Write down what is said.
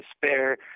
despair